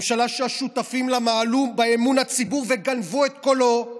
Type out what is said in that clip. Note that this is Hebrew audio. ממשלה שהשותפים לה מעלו באמון הציבור וגנבו את קולו,